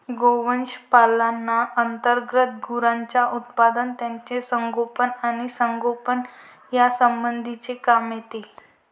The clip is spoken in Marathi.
गोवंश पालना अंतर्गत गुरांचे उत्पादन, त्यांचे संगोपन आणि संगोपन यासंबंधीचे काम येते